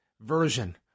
version